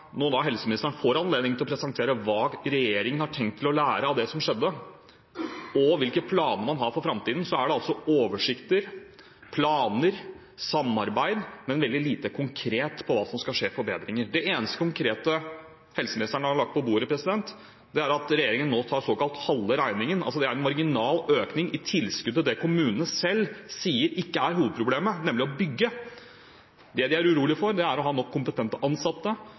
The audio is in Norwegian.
helseministeren får anledning til å presentere hva regjeringen har tenkt å lære av det som skjedde, og hvilke planer man har for framtiden, er det altså oversikter, planer og samarbeid, men veldig lite konkret om hva som skal skje av forbedringer. Det eneste konkrete helseministeren har lagt på bordet, er at regjeringen nå tar såkalt halve regningen. Det er en marginal økning i tilskuddet til det som kommunene selv sier ikke er hovedproblemet, nemlig å bygge. Det de er urolige for, er om de har nok kompetente ansatte